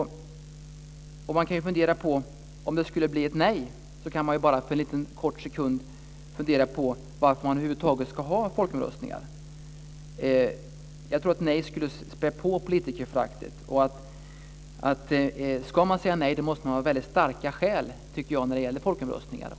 Om det skulle bli ett nej kan vi för en kort sekund fundera varför vi över huvud taget ska ha folkomröstningar. Jag tror att ett nej skulle späda på politikerföraktet. Om regeringen säger nej måste den ha väldigt starka skäl, efter ett ja i en folkomröstning.